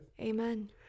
Amen